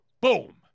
boom